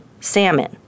Salmon